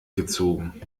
gezogen